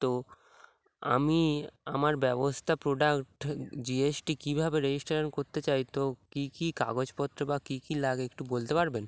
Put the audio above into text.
তো আমি আমার ব্যবস্থা প্রোডাক্ট জিএসটি কীভাবে রেজিস্ট্রেশন করতে চাই তো কী কী কাগজপত্র বা কী কী লাগে একটু বলতে পারবেন